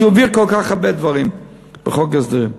יעביר כל כך הרבה דברים בחוק ההסדרים.